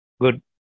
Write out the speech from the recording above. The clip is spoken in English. good